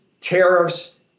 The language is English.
tariffs